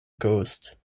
ghost